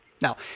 Now